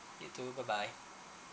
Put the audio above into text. you too bye bye